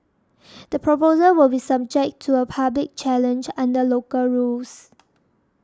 the proposal will be subject to a public challenge under local rules